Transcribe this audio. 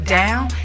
down